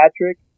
Patrick